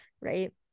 right